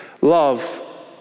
Love